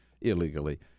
illegally